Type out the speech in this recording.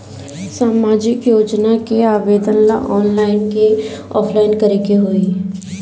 सामाजिक योजना के आवेदन ला ऑनलाइन कि ऑफलाइन करे के होई?